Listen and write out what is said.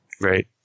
right